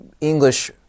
English